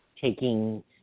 taking